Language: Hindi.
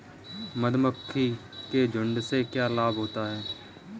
मधुमक्खी के झुंड से क्या लाभ होता है?